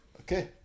Okay